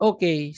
Okay